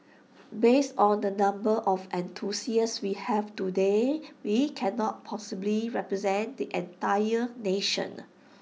based on the number of enthusiasts we have today we cannot possibly represent the entire nation